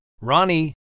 Ronnie